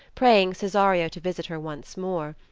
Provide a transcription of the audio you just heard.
praying cesario to visit her once more.